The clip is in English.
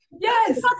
Yes